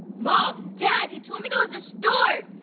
mom, dad, you told me there was a stork!